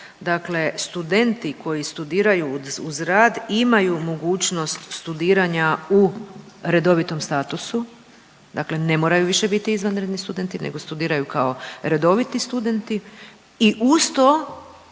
dakle studenti koji studiraju uz rad imaju mogućnost studiranja u redovitom statusu, dakle ne moraju više biti izvanredni studenti nego studiraju kao redoviti studenti i uz to